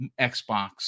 Xbox